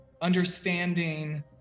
understanding